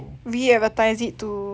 re-advertise it to